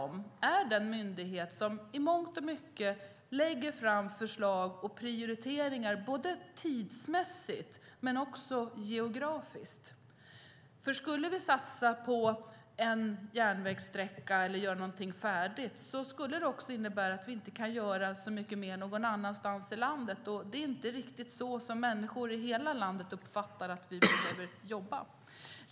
Det är den myndighet som i mångt och mycket lägger fram förslag och prioriteringar tidsmässigt och geografiskt. Om vi satsar på en järnvägssträcka innebär det att vi inte kan göra så mycket mer någon annanstans i landet. Det är inte riktigt så som människor i hela landet uppfattar att vi ska jobba.